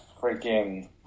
freaking